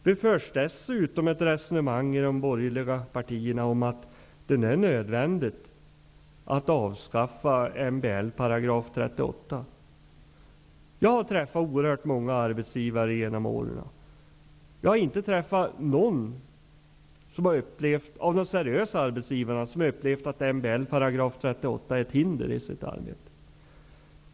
Det förs dessutom i de borgerliga partierna ett resonemang om att det är nödvändigt att avskaffa MBL 38 §. Jag har genom åren träffat oerhört många arbetsgivare, men jag har inte träffat någon seriös arbetsgivare som har upplevt MBL 38 § som ett hinder i sitt arbete.